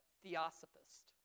theosophist